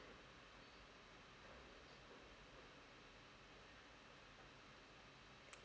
uh uh